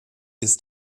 ist